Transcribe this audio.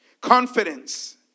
Confidence